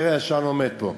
תראה, השעון עומד פה.